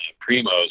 Primo's